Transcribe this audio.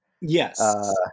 Yes